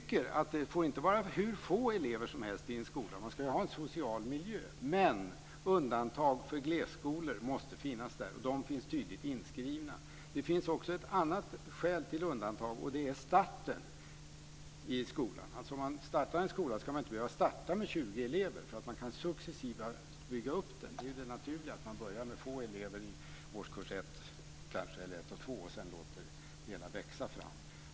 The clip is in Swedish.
Det får inte vara hur få elever som helst. Man ska ju ha en social miljö. Men det måste finnas undantag för glesbygdsskolor, och de är tydligt inskrivna. Det finns också ett annat skäl för undantag och det gäller starten av en skola. Man ska inte behöva starta med 20 elever utan skolan kan byggas upp successivt. Det är naturligt att man startar med få elever i årskurs ett och sedan låter det hela växa fram.